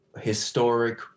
historic